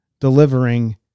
delivering